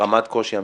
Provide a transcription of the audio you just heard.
רמת קושי המבחן,